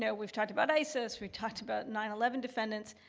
yeah we've talked about isis, we've talked about nine eleven defendants,